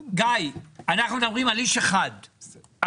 גיא, אנחנו מדברים על איש אחד, אני,